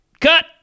cut